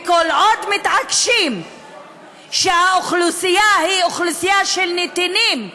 וכל עוד מתעקשים שהאוכלוסייה היא אוכלוסייה של נתינים,